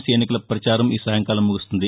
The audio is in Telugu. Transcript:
సీ ఎన్నికల ప్రచారం ఈ సాయంకాలం ముగుస్తుంది